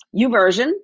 Uversion